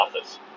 office